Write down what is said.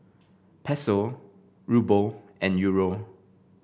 Peso Ruble and Euro